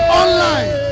online